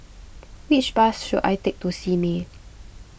which bus should I take to Simei